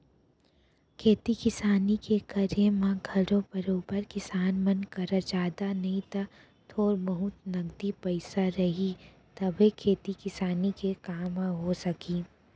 खेती किसानी के करे म घलौ बरोबर किसान मन करा जादा नई त थोर बहुत नगदी पइसा रही तभे खेती किसानी के काम ह हो सकही